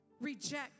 reject